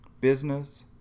business